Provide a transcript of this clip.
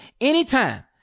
anytime